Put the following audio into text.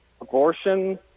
abortion